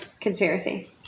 Conspiracy